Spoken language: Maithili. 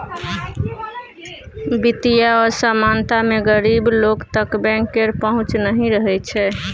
बित्तीय असमानता मे गरीब लोक तक बैंक केर पहुँच नहि रहय छै